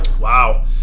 Wow